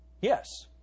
Yes